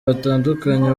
batandukanye